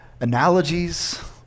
analogies